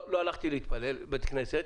לא הלכתי להתפלל בבית כנסת,